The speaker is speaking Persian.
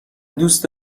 دوست